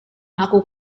aku